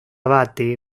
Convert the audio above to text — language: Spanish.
bate